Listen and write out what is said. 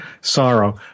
sorrow